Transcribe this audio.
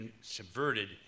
subverted